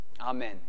Amen